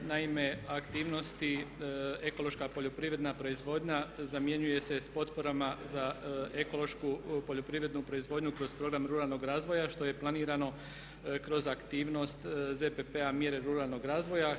Naime, aktivnosti ekološka poljoprivredna proizvodnja zamjenjuje se sa potporama za ekološku poljoprivrednu proizvodnju kroz program ruralnog razvoja što je planirano kroz aktivnost ZPP-a mjere ruralnog razvoja.